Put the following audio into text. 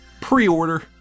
Pre-order